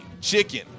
chicken